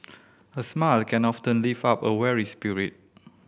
a smile can often lift up a weary spirit